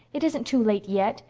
it isn't too late yet.